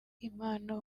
impano